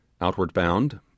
outward-bound